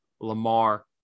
Lamar